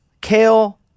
Kale